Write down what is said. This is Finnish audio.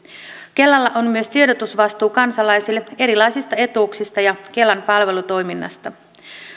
kelalla on myös tiedotusvastuu kansalaisille erilaisista etuuksista ja kelan palvelutoiminnasta